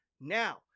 Now